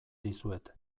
dizuet